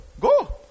Go